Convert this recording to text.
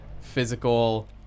physical